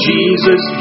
Jesus